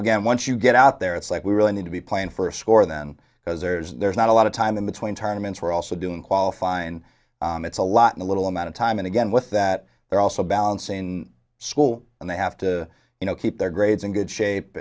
again once you get out there it's like we really need to be playing for score then because there's there's not a lot of time in between tournaments we're also doing qualify and it's a lot in a little amount of time and again with that they're also balancing school and they have to you know keep their grades in good shape